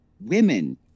women